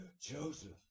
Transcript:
Joseph